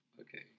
okay